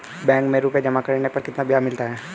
Bank में रुपये जमा करने पर कितना ब्याज मिलता है?